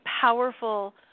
powerful